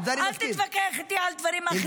אז זהו, אל תתווכח איתי על דברים אחרים.